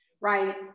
Right